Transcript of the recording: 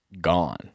gone